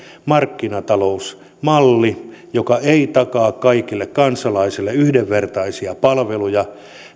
markkinatalousmalli joka ei takaa kaikille kansalaisille yhdenvertaisia palveluja